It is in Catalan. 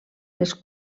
les